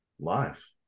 life